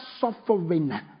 suffering